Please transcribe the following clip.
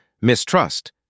mistrust